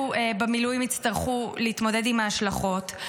במילואים יצטרכו להתמודד עם ההשלכות.